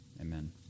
Amen